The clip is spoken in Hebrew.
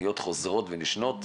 פניות חוזרות ונשנות,